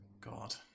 god